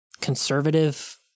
conservative